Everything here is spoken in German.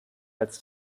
als